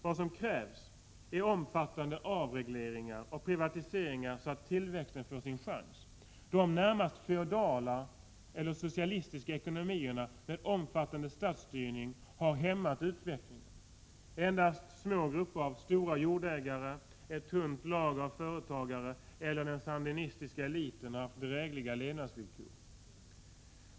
Vad som krävs är omfattande avregleringar och privatiseringar så att tillväxten får sin chans. De närmast feodala eller socialistiska ekonomierna med omfattande statsstyrning har hämmat utvecklingen. Endast små grupper av stora jordägare, ett tunt lager med företagare eller den sandinistiska eliten har haft drägliga levnadsvillkor.